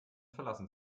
verlassen